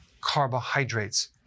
carbohydrates